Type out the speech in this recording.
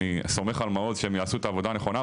אני סומך על מעוז שהם יעשו את העבודה הנכונה,